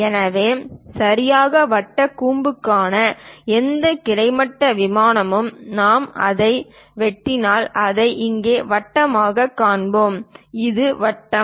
எனவே சரியான வட்டக் கூம்புக்கான எந்த கிடைமட்ட விமானமும் நாம் அதை வெட்டினால் அதை இங்கே வட்டமாகக் காண்போம் இது வட்டம்